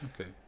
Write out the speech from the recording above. okay